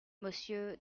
monsieur